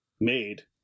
made